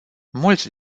mulți